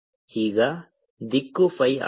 ಈಗ ದಿಕ್ಕು phi ಆಗಿದೆ